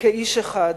כאיש אחד.